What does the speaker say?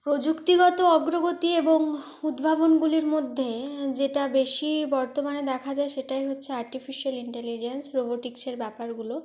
প্রযুক্তিগত অগ্রগতি এবং উদ্ভাবনগুলির মধ্যে যেটা বেশি বর্তমানে দেখা যায় সেটাই হচ্ছে আর্টিফিশিয়াল ইন্টেলিজেন্স রোবটিক্সের ব্যাপারগুলো